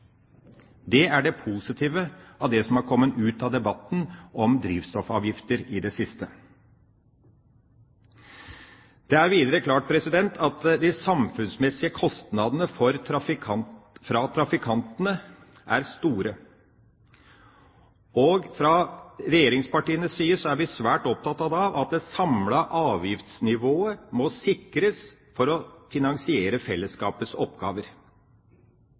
Det er det positive som har kommet ut av debatten om drivstoffavgifter i det siste. Det er videre klart at de samfunnsmessige kostnadene for trafikantene er store. Fra regjeringspartienes side er vi svært opptatt av at det samlede avgiftsnivået må sikres for å finansiere fellesskapets oppgaver.